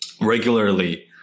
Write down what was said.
regularly